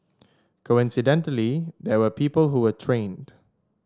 coincidentally there were people who were trained